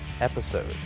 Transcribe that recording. episode